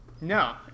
No